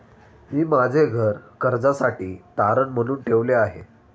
मी माझे घर कर्जासाठी तारण म्हणून ठेवले आहे